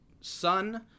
son